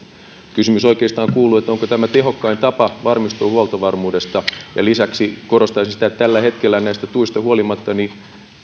kysymys oikeastaan kuuluu onko tämä tehokkain tapa varmistua huoltovarmuudesta lisäksi korostaisin sitä että tällä hetkellä näistä tuista huolimatta esimerkiksi